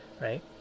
right